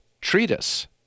treatise